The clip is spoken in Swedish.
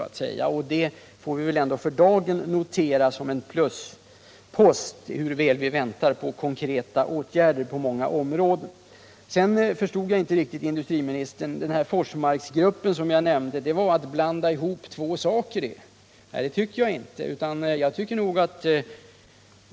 Där får man alltså för dagen notera denna optimism som en pluspost, men vi väntar givetvis också på konkreta åtgärder på många områden. Vad sedan gäller den Forsmarksgrupp som jag talade om förstår jag inte riktigt vad industriministern menade, när han sade att det var att blanda ihop två saker. Det tycker inte jag.